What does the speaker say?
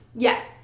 Yes